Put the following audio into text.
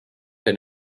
pan